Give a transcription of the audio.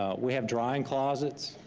ah we have drying closets.